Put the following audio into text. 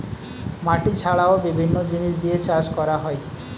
মাটি ছাড়াও বিভিন্ন জিনিস দিয়ে চাষ করা হয়